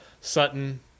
sutton